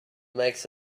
makes